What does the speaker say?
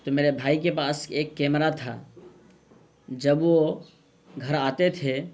تو میرے بھائی کے پاس ایک کیمرا تھا جب وہ گھر آتے تھے